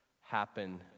happen